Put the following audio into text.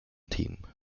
team